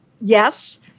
yes